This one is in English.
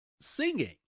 singing